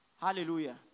Hallelujah